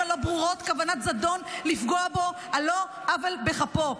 עלה ברורות כוונת זדון לפגוע" בו על לא עוול בכפו.